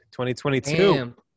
2022